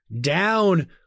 down